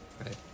Right